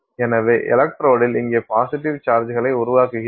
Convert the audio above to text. எனவே எலக்ட்ரோடில் இங்கே பாசிட்டிவ் சார்ஜ்களை உருவாக்குகிறோம்